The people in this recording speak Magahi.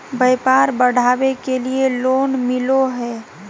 व्यापार बढ़ावे के लिए लोन मिलो है?